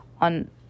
on